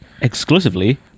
exclusively